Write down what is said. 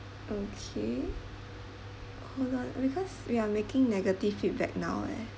okay hold on because we are making negative feedback now